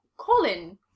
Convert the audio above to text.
Colin